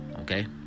okay